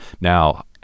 Now